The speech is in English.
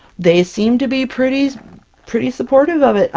they seem to be pretty pretty supportive of it!